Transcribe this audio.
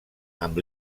amb